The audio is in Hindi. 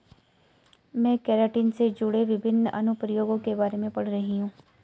मैं केराटिन से जुड़े विभिन्न अनुप्रयोगों के बारे में पढ़ रही हूं